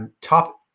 top